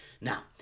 Now